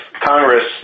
Congress